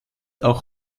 auch